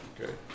Okay